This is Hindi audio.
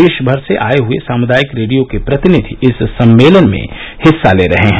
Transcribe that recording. देश भर से आये सामुदायिक रेडियो को प्रतिनिधि इस सम्मेलन में हिस्सा ले रहे हैं